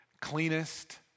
cleanest